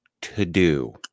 to-do